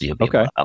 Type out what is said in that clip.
Okay